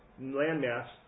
landmass